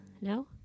No